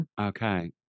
okay